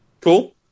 Cool